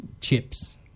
chips